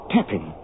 Tapping